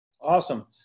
Awesome